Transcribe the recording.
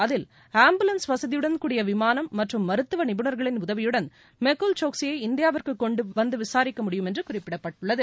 அதில் ஆம்புலன்ஸ் வசதியுடன் கூடிய விமானம் மற்றும் மருத்துவ நிபுணர்களின் உதவியுடன் மெகுல் சோக்ஸியை இந்தியாவிற்கு கொண்டு வந்து விசாரிக்கமுடியும் என்று குறிப்பிட்டுள்ளது